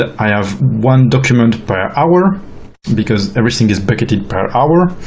i have one document per hour because everything is bucketed per hour,